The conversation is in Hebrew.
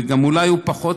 ואולי גם הוא פחות,